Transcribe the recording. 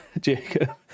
Jacob